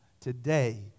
today